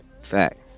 Fact